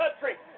country